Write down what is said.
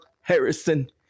Harrison